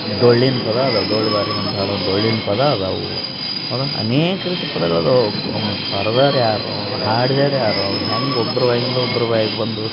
ಡೊಳ್ಳಿನ ಪದ ಇದೆ ಡೊಳ್ಳು ಬಾರಿಸ್ಕಂತ ಹಾಡೋ ಡೊಳ್ಳಿನ ಪದ ಇದಾವೆ ಮತ್ತು ಅನೇಕ ರೀತಿ ಪದಗಳು ಇದಾವೆ ಕು ಅವನ್ನ ಬರ್ದೋರ್ ಯಾರೋ ಹಾಡ್ದರ್ ಯಾರೋ ಅವು ಹೆಂಗೆ ಒಬ್ರ ಬಾಯಿಂದ ಒಬ್ರ ಬಾಯಿಗೆ ಬಂದು